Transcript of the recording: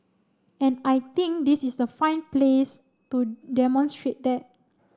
and I think this is a fine place to demonstrate that